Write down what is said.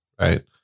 Right